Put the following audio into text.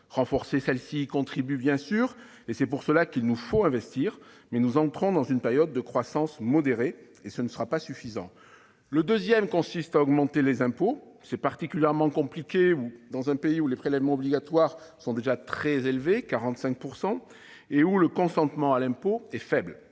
Renforcer celle-ci y contribue évidemment, et c'est pour cela qu'il nous faut investir. Mais nous entrons dans une période de croissance modérée, et ce levier ne sera pas suffisant. Le deuxième consiste à augmenter les impôts. C'est particulièrement compliqué dans un pays où les prélèvements obligatoires sont déjà très élevés- 45 % -et où le consentement à l'impôt est faible.